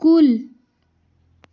کُل